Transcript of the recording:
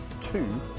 Two